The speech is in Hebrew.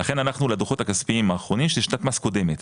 לכן אנחנו לדוחות הכספיים האחרונים של שנת מס קודמת,